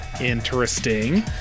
interesting